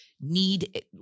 need